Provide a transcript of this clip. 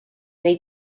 wnei